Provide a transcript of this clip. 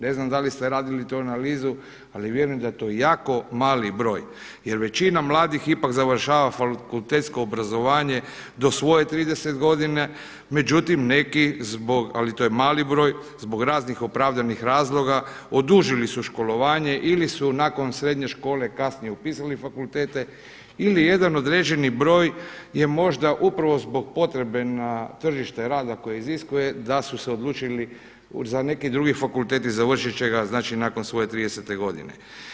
Ne znam da li ste radili tu analizu ali vjerujem da je to jako mali broj jer većina mladih ipak završava fakultetsko obrazovanje do svoje 30. godine, međutim neki zbog, ali to je mali broj, zbog raznih opravdanih razloga odužili su školovanje ili su nakon srednje škole kasnije upisali fakultete ili jedan određeni broj je možda upravo zbog potrebe na tržište rada koje iziskuje da su se odlučili za neki drugi fakultet i završit će ga nakon svoje 30. godine.